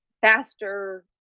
faster